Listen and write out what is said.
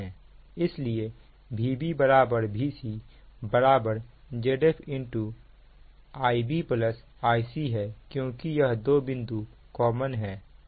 इसलिए Vb Vc Zf Ib Ic है क्योंकि यह 2 बिंदु कॉमन है